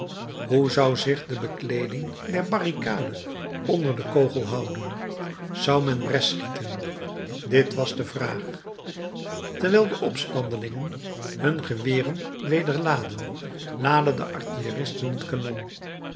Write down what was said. hoe zou zich de bekleeding der barricade onder den kogel houden zou men bres schieten dit was de vraag terwijl de opstandelingen hun geweren weder laadden laadden de artilleristen het kanon